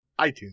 iTunes